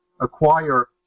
acquire